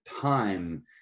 time